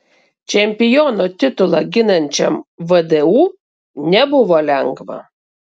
čempiono titulą ginančiam vdu nebuvo lengva